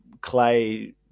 Clay